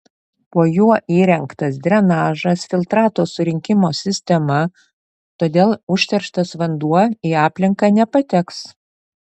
po juo įrengtas drenažas filtrato surinkimo sistema todėl užterštas vanduo į aplinką nepateks